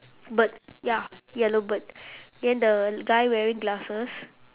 bird ya yellow bird then the guy wearing glasses